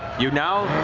you now,